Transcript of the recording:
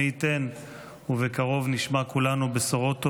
מי ייתן ובקרוב נשמע כולנו בשורות טובות,